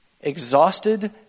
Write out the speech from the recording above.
exhausted